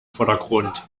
vordergrund